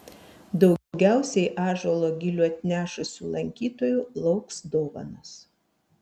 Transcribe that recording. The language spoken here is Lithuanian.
daugiausiai ąžuolo gilių atnešusių lankytojų lauks dovanos